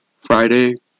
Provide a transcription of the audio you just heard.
Friday